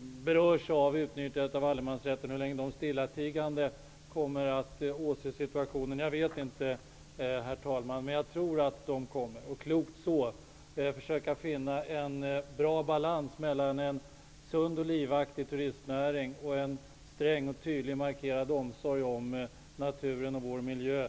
berörs av utnyttjandet av allemansrätten stillatigande kommer att åse situationen. Jag vet inte, herr talman. Men jag tror att de klokt kommer att försöka finna en bra balans mellan en sund och livaktig turistnäring och en sträng och tydligt markerad omsorg om naturen och vår miljö.